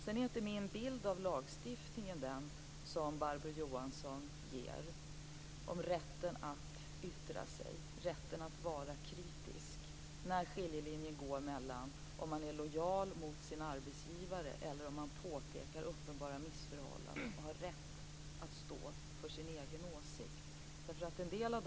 Sedan är inte min bild av lagstiftningen den som Barbro Johansson ger när det gäller rätten att yttra sig, rätten att vara kritisk - var skiljelinjen går mellan att vara lojal mot sin arbetsgivare och att påpeka uppenbara missförhållanden och ha rätt att stå för sin egen åsikt.